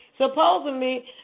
Supposedly